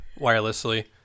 wirelessly